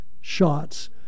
shots